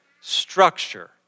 structure